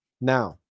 Now